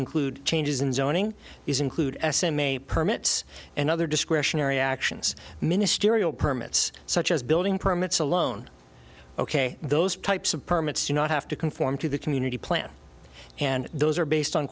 include changes in zoning is included s m a permits and other discretionary actions ministerial permits such as building permits alone ok those types of permits do not have to conform to the community plan and those are based on